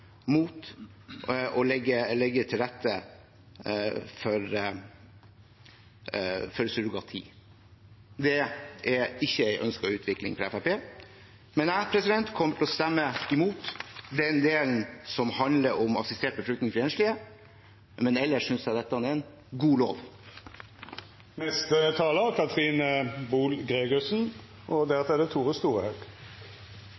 utvikling for Fremskrittspartiet. Jeg kommer til å stemme imot den delen som handler om assistert befruktning til enslige, men ellers synes jeg dette er en god